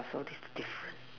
so is different